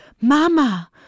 Mama